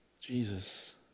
Jesus